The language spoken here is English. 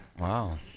wow